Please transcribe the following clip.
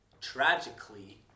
tragically